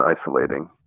isolating